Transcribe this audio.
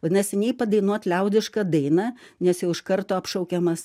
vadinasi nei padainuot liaudišką dainą nes jau iš karto apšaukiamas